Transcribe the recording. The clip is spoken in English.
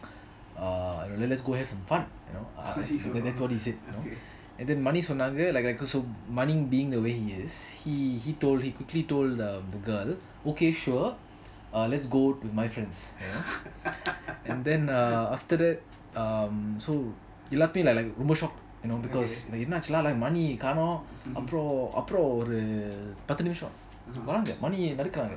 err let's let's go have so fun you know that's that's what he said Mani சொன்னாங்க Mani sonanga mani being the way he told quickly told the girl okay sure let's go to my friend's and then err after that um so he எல்லாருக்குமே ரொம்ப:ellarukumey romba shock என்ன மானிய காணு அப்புறம் அப்புறம் ஒரு பாத்து நிமிஷம் வராங்க மணி நடக்குறாங்க:enna maniya kaanu apram apram oru pathu nimisam varanga mani nadakuranga